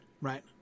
Right